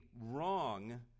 wrong